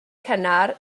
cynnar